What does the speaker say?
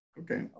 okay